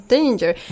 Danger